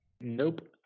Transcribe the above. Nope